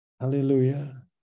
hallelujah